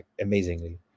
amazingly